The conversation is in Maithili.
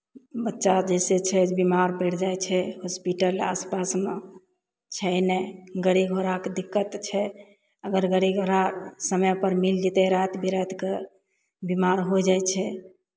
बच्चा जइसे छै बिमार पड़ि जाइ छै हॉस्पिटल आस पासमे छै नहि गाड़ी घोड़ाके दिक्कत छै अगर गाड़ी घोड़ा समयपर मिल जयतै राति बिरातिकेँ बिमार होइ जाइ छै